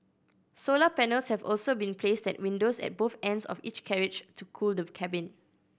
solar panels have also been placed at windows at both ends of each carriage to cool the cabin